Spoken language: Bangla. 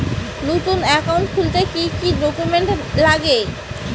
নতুন একাউন্ট খুলতে কি কি ডকুমেন্ট লাগে?